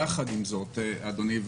יחד עם זאת, אדוני,